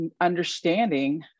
understanding